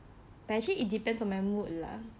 but actually it depends on my mood lah